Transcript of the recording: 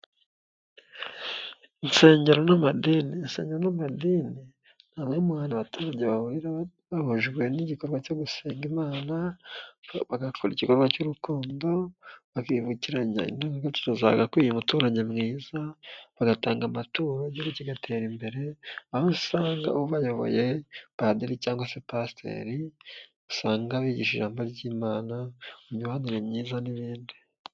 nsero n'amadini aseya n'amadini nta bamwe mu bantu abaturage bahurira bahujwe n'igikorwa cyo gusenga imana bagakora igikorwa cy'urukundo bakivukiranya indangagaciro zagakwiye umutuyi mwiza bagatanga amaturo bagira kigatera imbere aho usanga bayoboye padiri cyangwa se pasiteri usanga bigisha ijambo ry'imana mu mibanire myiza n'ibindi Insengero n'amadini, insengero n'amadini ni hamwe mu hantu abaturage bahurira bahujwe n'igikorwa cyo gusenga imana, bagakora igikorwa cy'urukundo, bakibukiranya indangagaciro zagakwiye umuturage mwiza, bagatanga amaturo igihugu kigatera imbere aho usanga ubayoboye, padiri cyangwa se pasiteri usanga bigisha ijambo ry'imana, imibanire myiza n'ibindi.